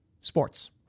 sports